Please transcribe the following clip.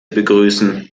begrüßen